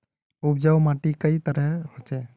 उपजाऊ माटी कई तरहेर होचए?